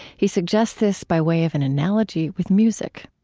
he suggests this by way of an analogy with music